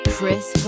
Chris